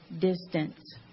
distance